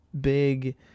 big